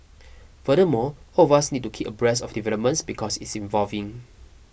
furthermore all of us need to keep abreast of developments because it's evolving